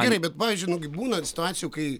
gerai bet pavyzdžiui būna situacijų kai